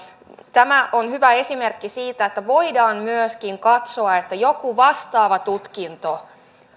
tämä on hyvä esimerkki siitä että voidaan myöskin katsoa että joku vastaava tutkinto